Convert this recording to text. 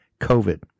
COVID